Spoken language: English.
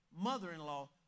mother-in-law